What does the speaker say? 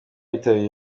bitabye